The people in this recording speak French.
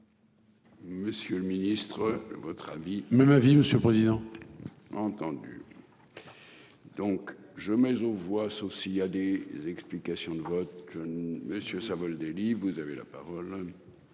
Monsieur le ministre, votre avis. Même avis. Monsieur le Président. Entendu. Donc je mais aux voit s'a des explications de vote. Monsieur Savoldelli vous avez la parole.